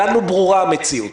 לנו ברורה המציאות.